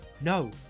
no